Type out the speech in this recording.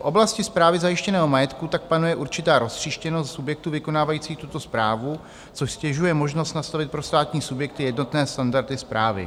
V oblasti správy zajištěného majetku tak panuje určitá roztříštěnost subjektů vykonávajících tuto správu, což ztěžuje možnost nastavit pro státní subjekty jednotné standardy správy.